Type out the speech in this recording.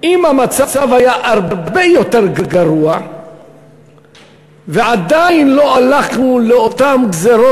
אם המצב היה הרבה יותר גרוע ועדיין לא הלכנו לאותן גזירות